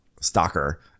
stalker